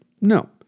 No